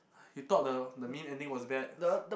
you thought the the main ending was bad